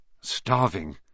Starving